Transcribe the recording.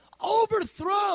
overthrow